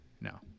No